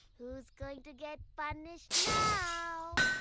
who's going to get punished now?